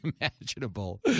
imaginable